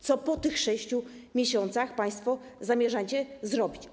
Co po tych 6 miesiącach państwo zamierzacie zrobić?